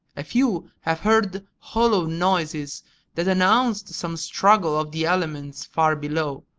a few have heard hollow noises that announced some struggle of the elements far below,